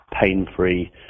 pain-free